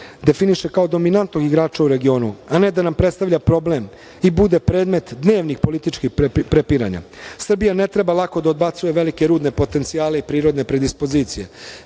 definiše kao dominantnog igrača u regionu, a ne da nam predstavlja problem i bude predmet dnevnih političkih prepiranja. Srbija ne treba lako da odbacuje velike rudne potencijale i prirodne predispozicije,